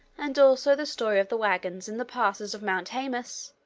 and also the story of the wagons in the passes of mount haemus,